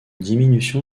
diminution